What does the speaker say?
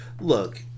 look